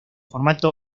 formato